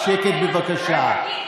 שקט, בבקשה.